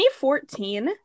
2014